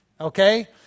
okay